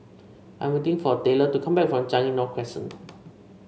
I'm waiting for Taylor to come back from Changi North Crescent